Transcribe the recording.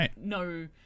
no